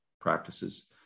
practices